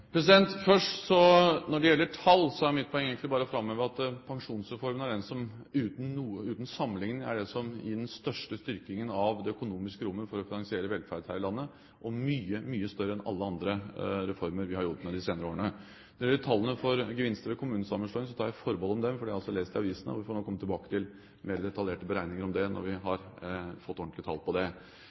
Først, når det gjelder tall, er mitt poeng egentlig bare å framheve at Pensjonsreformen er den som uten sammenlikning gir den største styrkingen av det økonomiske rommet for å finansiere velferd her i landet, og mye, mye større enn alle andre reformer vi har jobbet med de senere årene. Når det gjelder tallene for gevinster ved kommunesammenslåing, tar jeg forbehold om dem, for dem har jeg lest i avisene. Vi får heller komme tilbake til mer detaljerte beregninger av det når vi har fått ordentlige tall på det.